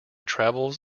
travels